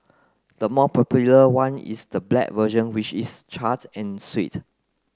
the more popular one is the black version which is charred and sweet